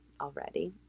already